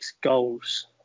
goals